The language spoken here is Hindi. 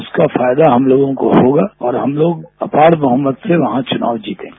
उसका फायदा हम लोगों को होगा और हम लोग अपार बहुमत से चुनाव जीतेंगे